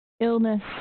illness